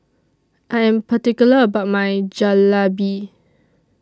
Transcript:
I Am particular about My Jalebi